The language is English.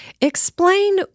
explain